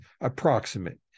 approximate